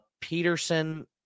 Peterson